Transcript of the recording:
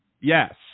yes